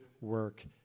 work